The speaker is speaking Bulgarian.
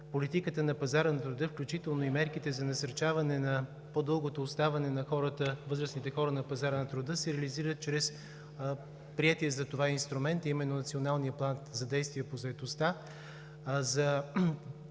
политиката на пазара на труда, включително и мерките за насърчаване на по-дългото оставане на възрастните хора на пазара на труда, се реализират чрез приетия за това инструмент, а именно за Националния план за действие по заетостта. За